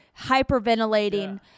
hyperventilating